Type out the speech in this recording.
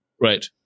Right